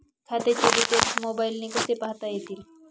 खात्याचे डिटेल्स मोबाईलने कसे पाहता येतील?